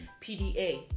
PDA